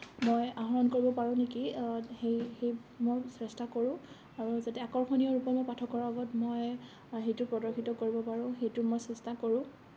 মই আহৰণ কৰিব পাৰোঁ নেকি সেই সেই মই চেষ্টা কৰোঁ আৰু যাতে আকৰ্ষণীয় ৰূপত মই পাঠকৰ আগত মই সেইটো প্ৰদৰ্শিত কৰিব পাৰোঁ সেইটো মই চেষ্টা কৰোঁ